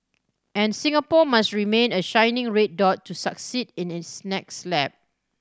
and Singapore must remain a shining red dot to succeed in its next lap